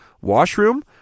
washroom